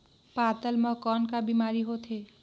पातल म कौन का बीमारी होथे?